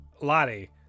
Lottie